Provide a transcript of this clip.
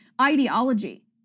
ideology